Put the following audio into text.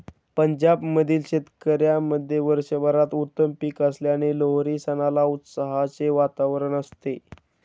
पंजाब मधील शेतकऱ्यांमध्ये वर्षभरात उत्तम पीक आल्याने लोहरी सणाला उत्साहाचे वातावरण असते